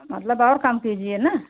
मतलब और कम कीजिए ना